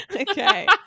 okay